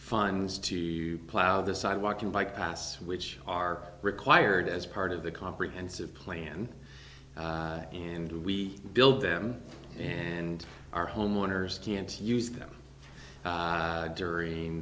funds to plow the sidewalk and bike paths which are required as part of the comprehensive plan and we build them and our homeowners can't use them during